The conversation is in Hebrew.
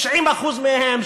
90% מהם,